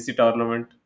tournament